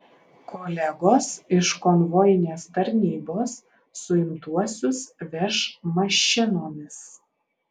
kolegos iš konvojinės tarnybos suimtuosius veš mašinomis